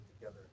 together